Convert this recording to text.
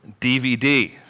DVD